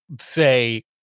say